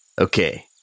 Okay